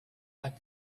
like